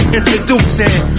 Introducing